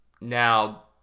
now